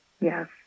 Yes